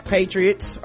Patriots